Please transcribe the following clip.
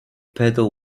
pedal